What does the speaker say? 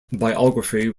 biography